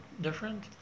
different